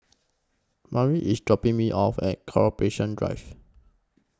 Mary IS dropping Me off At Corporation Drive